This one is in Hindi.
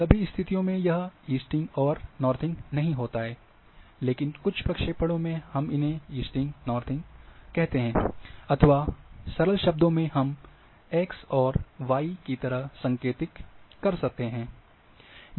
सभी स्तिथियों में यह इस्टिंग और नॉर्थिंग नहीं होता है लेकिन कुछ प्रक्षेपणों में हम इन्हें इस्टिंग नॉर्थिंग कहते हैं अथवा सरल शब्दों में हम X और Y की तरह संकेतिक कर सकते हैं